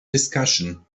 discussion